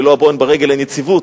ללא הבוהן ברגל אין יציבות.